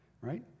right